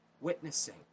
witnessing